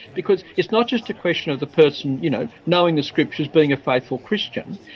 because it's not just a question of the person, you know, knowing the scriptures, being a faithful christian,